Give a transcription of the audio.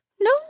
No